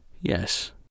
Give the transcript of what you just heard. Yes